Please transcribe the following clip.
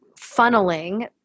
funneling